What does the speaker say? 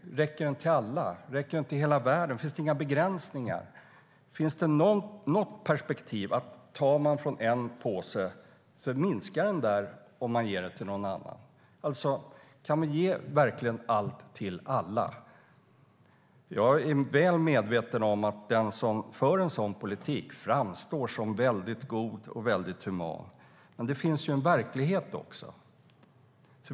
Räcker den till alla? Räcker den till hela världen? Finns det inga begränsningar? Finns det någon tanke på att om man tar från en påse minskar resurserna i en annan? Kan vi verkligen ge allt till alla? Jag är väl medveten om att den som för en sådan politik framstår som väldigt god och human. Men det finns ju en verklighet också.